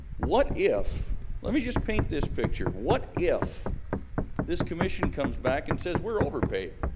what if let me just paint this picture what if this commission comes back and says we're overpaid